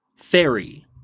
Fairy